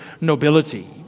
nobility